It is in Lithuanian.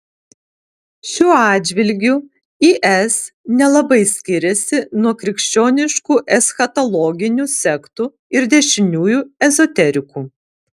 šiuo atžvilgiu is nelabai skiriasi nuo krikščioniškų eschatologinių sektų ir dešiniųjų ezoterikų